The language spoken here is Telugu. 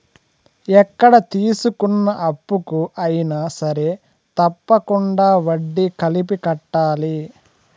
ఎక్కడ తీసుకున్న అప్పుకు అయినా సరే తప్పకుండా వడ్డీ కలిపి కట్టాలి